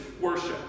worship